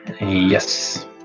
Yes